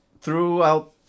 throughout